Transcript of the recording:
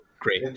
great